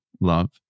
love